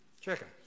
Chicken